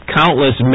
countless